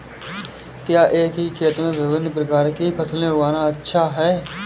क्या एक ही खेत में विभिन्न प्रकार की फसलें उगाना अच्छा है?